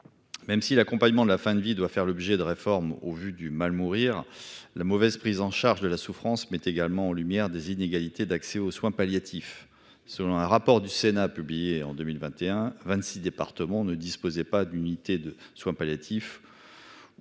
Même si l'accompagnement de la fin de vie doit faire l'objet de réformes, au vu du mal mourir la mauvaise prise en charge de la souffrance mettent également en lumière des inégalités d'accès aux soins palliatifs. Selon un rapport du Sénat, publié en 2021, 26 départements ne disposait pas d'unités de soins palliatifs.